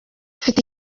mfite